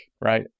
right